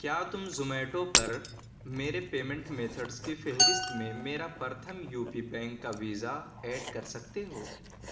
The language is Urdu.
کیا تم زومیٹو پرمیرے پیمینٹ میتھڈز کی فہرست میں میرا پرتھم یو پی بینک کا ویزا ایڈ کر سکتے ہو